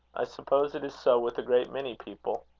i suppose it is so with a great many people.